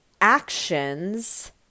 actions